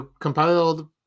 compiled